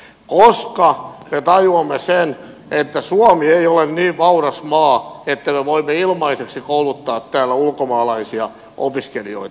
koska me tajuamme sen että suomi ei ole niin vauras maa että me voimme ilmaiseksi kouluttaa täällä ulkomaalaisia opiskelijoita